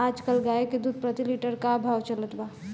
आज कल गाय के दूध प्रति लीटर का भाव चलत बा?